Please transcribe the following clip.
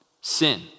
sin